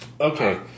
okay